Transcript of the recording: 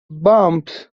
bumps